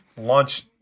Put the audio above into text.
launch